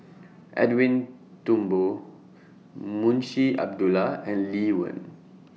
Edwin Thumboo Munshi Abdullah and Lee Wen